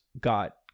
got